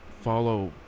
follow